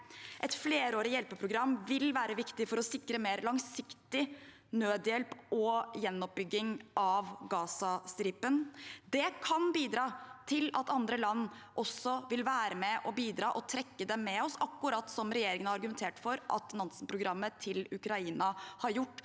Et flerårig hjelpeprogram vil være viktig for å sikre mer langsiktig nødhjelp til og gjenoppbygging av Gazastripen. Det kan bidra til at andre land også vil være med og bidra. Vi kan trekke dem med oss, akkurat som regjeringen argumenterte for at Nansen-programmet til Ukraina har gjort